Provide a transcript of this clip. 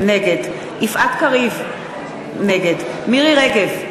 נגד יפעת קריב, נגד מירי רגב,